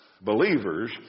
believers